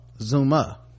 Zuma